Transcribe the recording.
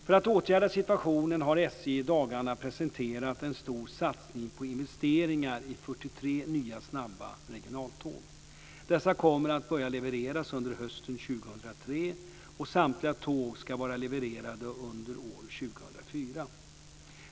För att åtgärda situationen har SJ i dagarna presenterat en stor satsning på investeringar i 43 nya snabba regionaltåg. Dessa kommer att börja levereras under hösten 2003, och samtliga tåg ska vara levererade under år 2004.